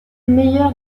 meilleure